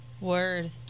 Word